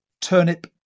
Turnip